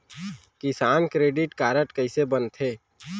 किसान credit card कइसे बनथे?